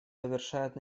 завершает